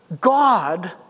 God